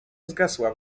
zgasła